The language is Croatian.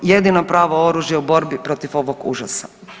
Jedino pravo oružje u borbi protiv ovog užasa.